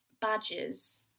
badges